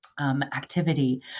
activity